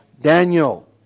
Daniel